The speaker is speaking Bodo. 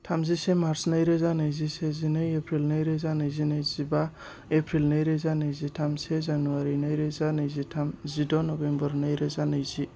थामजिसे मार्च नै रोजा नैजि से जिनै एप्रिल नै रोजा नैजि नै जिबा एप्रिल नै रोजा नैजि थाम से जानुवारि नै रोजा नैजि थाम जिद' नबेम्बर नै रोजा नैजि